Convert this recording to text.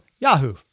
Yahoo